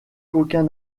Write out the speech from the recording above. qu’aucun